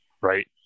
Right